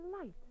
light